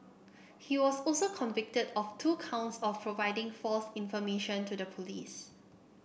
he was also convicted of two counts of providing false information to the police